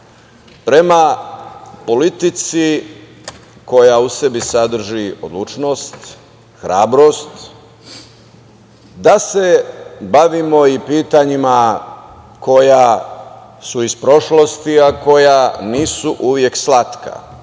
prema politici koja u sebi sadrži odlučnost, hrabrost da se bavimo i pitanjima koja su iz prošlosti, a koja nisu uvek slatka,